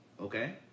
Okay